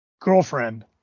girlfriend